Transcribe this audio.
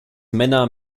männer